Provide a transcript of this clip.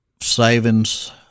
savings